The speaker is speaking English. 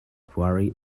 quarry